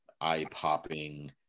eye-popping